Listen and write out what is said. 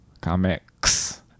comics